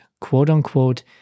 quote-unquote